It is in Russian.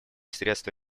средства